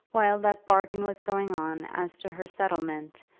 while that bargain was going on as to her settlement,